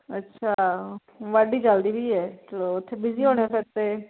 ਅੱਛਾ ਵਾਡੀ ਚੱਲਦੀ ਪਈ ਹੈ ਚੱਲੋ ਉੱਥੇ ਬਿਜੀ ਹੋਣੇ ਫਿਰ ਤਾਂ